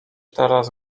teraz